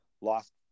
lost